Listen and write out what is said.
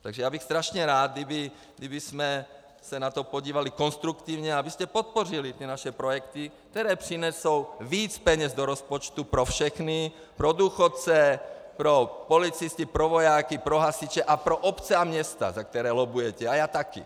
Takže bych strašně rád, kdybychom se na to podívali konstruktivně, abyste podpořili naše projekty, které přinesou víc peněz do rozpočtu pro všechny, pro důchodce, pro policisty, pro vojáky, pro hasiče a pro obce a města, za které lobbujete, a já taky.